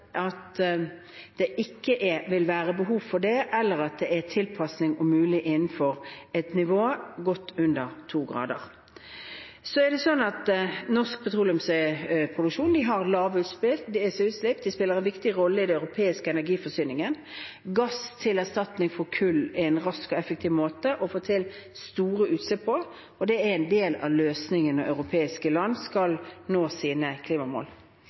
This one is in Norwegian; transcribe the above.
det ikke er mulig med tilpasning innenfor et nivå på godt under to grader. Norsk petroleumsproduksjon har lave utslipp. Den spiller en viktig rolle i den europeiske energiforsyningen. Gass til erstatning for kull er en rask og effektiv måte å få til store utslippskutt på, og det er en del av løsningen når europeiske land skal nå sine klimamål.